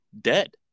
dead